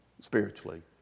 spiritually